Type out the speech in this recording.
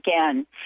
again